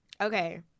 Okay